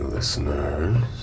Listeners